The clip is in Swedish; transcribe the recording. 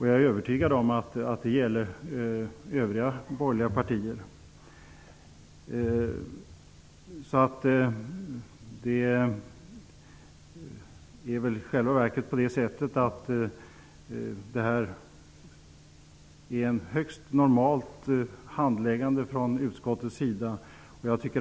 Jag är övertygad om att det också gäller övriga borgerliga partier. I själva verket är detta ett högst normalt handläggningsförfarande från utskottets sida.